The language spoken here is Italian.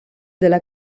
della